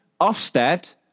Ofsted